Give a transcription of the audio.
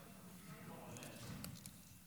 סעיפים